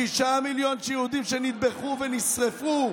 שישה מיליון יהודים שנטבחו ונשרפו,